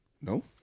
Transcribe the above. No